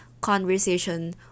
conversation